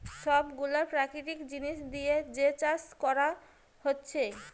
সব গুলা প্রাকৃতিক জিনিস দিয়ে যে চাষ কোরা হচ্ছে